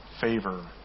favor